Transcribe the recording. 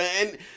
And-